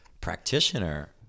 practitioner